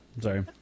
Sorry